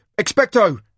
Expecto